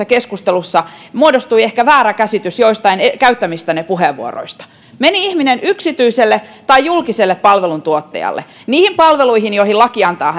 keskustelussa muodostui ehkä väärä käsitys joistain käyttämistänne puheenvuoroista meni ihminen yksityiselle tai julkiselle palveluntuottajalle niihin palveluihin joihin laki antaa